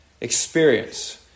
experience